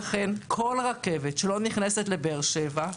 לכן כל רכבת שלא נכנסת לבאר שבע,